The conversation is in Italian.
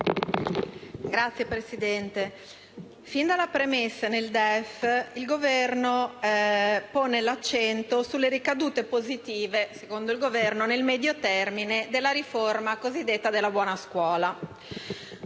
Signor Presidente, fin dalla premessa nel DEF il Governo pone l'accento sulle ricadute positive, secondo lo stesso Governo, nel medio termine della riforma cosiddetta della buona scuola. La